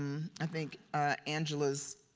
i think angela's